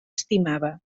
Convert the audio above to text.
estimava